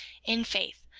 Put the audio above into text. in faith,